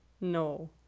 No